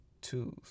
twos